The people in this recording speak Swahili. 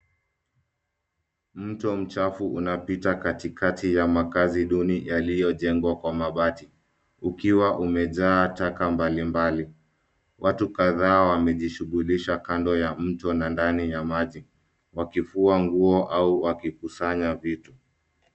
Mto mchafu unapita katikati ya makazi duni yaliyojengwa kwa mabati. Ukiwa umejaa taka mbalimbali. Watu kadhaa wamejishughulisha kando ya mto na ndani ya maji. Wakifua nguo au wakikusanya vitu.